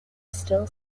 still